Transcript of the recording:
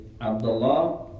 Abdullah